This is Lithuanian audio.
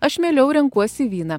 aš mieliau renkuosi vyną